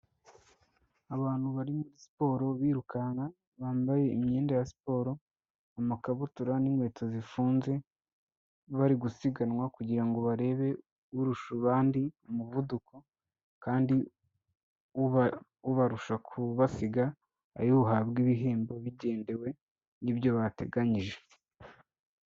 Abantu bari muri siporo birukana bambaye imyenda ya siporo amakabutura n'inkweto zifunze bari gusiganwa kugira ngo barebe urusha abandi umuvuduko kandi ubarusha kubasiga ari buhabwe ibihembo bigendewe n'ibyo bateganyije.